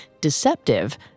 deceptive